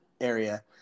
area